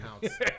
counts